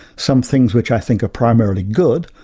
some things which i think are primarily good,